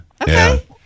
Okay